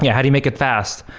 yeah how do you make it fast?